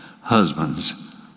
Husbands